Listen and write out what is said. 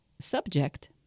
subject